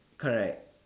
correct